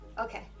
Okay